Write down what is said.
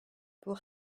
pour